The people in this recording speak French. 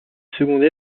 secondé